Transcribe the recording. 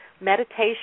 meditation